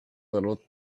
little